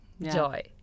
Joy